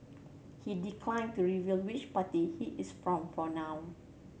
he declined to reveal which party he is from for now